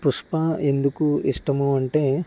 పుష్ప ఎందుకు ఇష్టము అంటే